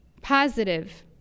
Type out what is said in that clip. positive